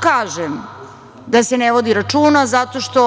kažem da se ne vodi računa? Zato što